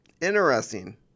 Interesting